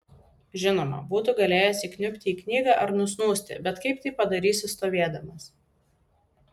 žinoma būtų galėjęs įkniubti į knygą ar nusnūsti bet kaip tai padarysi stovėdamas